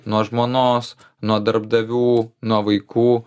nuo žmonos nuo darbdavių nuo vaikų